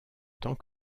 tant